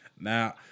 Now